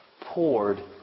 Poured